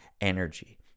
energy